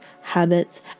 habits